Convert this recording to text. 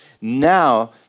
Now